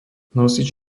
nosič